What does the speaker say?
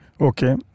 Okay